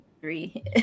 three